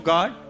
God